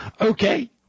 Okay